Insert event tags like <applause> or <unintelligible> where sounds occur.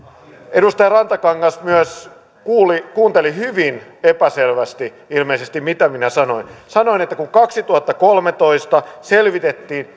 edustaja rantakangas myös kuunteli kuunteli hyvin epäselvästi ilmeisesti mitä minä sanoin sanoin että kun kaksituhattakolmetoista selvitettiin <unintelligible>